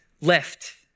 left